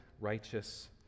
righteous